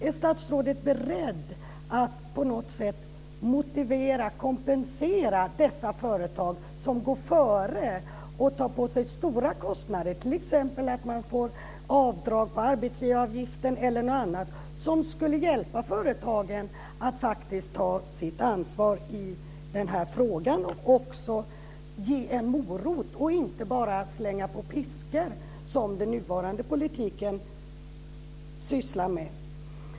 Är statsrådet beredd att på något sätt kompensera dessa företag som går före och tar på sig stora kostnader? Man skulle t.ex. kunna få avdrag på arbetsgivaravgiften eller något annat som skulle hjälpa företagen att faktiskt ta sitt ansvar i den här frågan. Man kan även ge en morot och inte bara slänga på piskor, som den nuvarande politiken sysslar med.